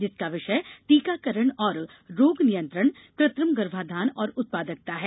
जिसका विषय टीकाकरण और रोग नियंत्रण कृत्रिम गर्भाधान और उत्पादकता है